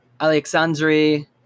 Alexandri